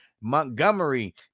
Montgomery